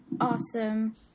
awesome